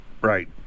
Right